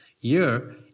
year